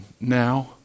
now